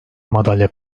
madalya